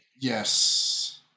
Yes